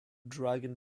dragon